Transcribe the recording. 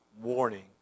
warning